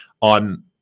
on